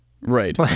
Right